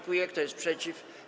Kto jest przeciw?